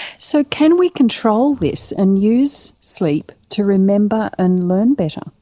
so can we control this and use sleep to remember and learn better? um